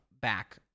back